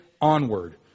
onward